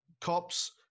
cops